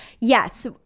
yes